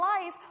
life